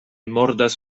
mordas